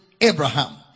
Abraham